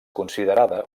considerada